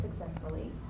successfully